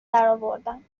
درآوردم